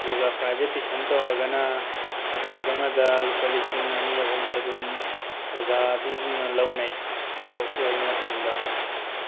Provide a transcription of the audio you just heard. ꯑꯗꯨꯒ private tuition ꯇꯧꯔꯒꯅ subject ꯑꯃꯗ ꯂꯨꯄꯥ ꯂꯤꯁꯤꯡ ꯑꯅꯤ ꯑꯍꯨꯝꯁꯨ ꯑꯗꯨꯝ ꯑꯣꯖꯥꯁꯤꯡꯁꯤꯅ ꯂꯧꯅꯩ ꯀꯣꯔꯁ ꯂꯣꯏꯕ ꯃꯇꯝꯗ